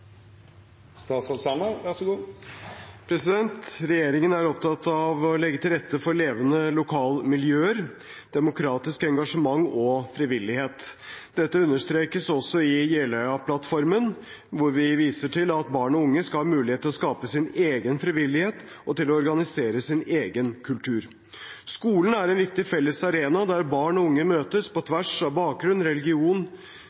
opptatt av å legge til rette for levende lokalmiljøer, demokratisk engasjement og frivillighet. Dette understrekes også i Jeløya-plattformen, hvor vi viser til at barn og unge skal ha mulighet til å skape sin egen frivillighet og til å organisere sin egen kultur. Skolen er en viktig felles arena der barn og unge møtes på